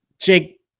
jake